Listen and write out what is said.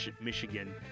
Michigan